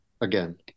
again